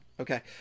Okay